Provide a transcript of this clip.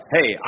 Hey